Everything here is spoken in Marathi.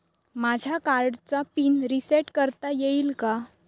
माझ्या कार्डचा पिन रिसेट करता येईल का?